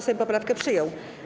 Sejm poprawkę przyjął.